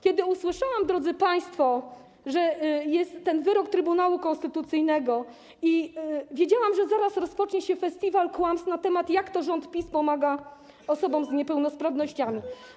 Kiedy usłyszałam, drodzy państwo, że jest ten wyrok Trybunału Konstytucyjnego, wiedziałam, że zaraz rozpocznie się festiwal kłamstw na temat tego, jak to rząd PiS pomaga osobom z niepełnosprawnościami.